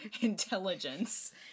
intelligence